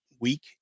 week